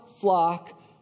flock